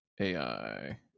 AI